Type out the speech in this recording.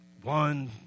one